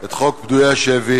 את חוק תשלומים לפדויי השבי,